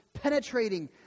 penetrating